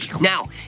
Now